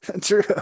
true